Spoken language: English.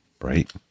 right